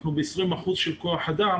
ב-20% של כח אדם